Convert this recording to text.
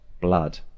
blood